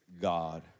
God